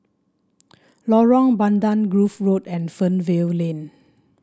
Lorong Bandang Grove Road and Fernvale Lane